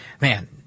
man